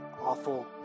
awful